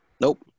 Nope